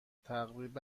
تقریبا